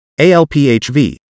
ALPHV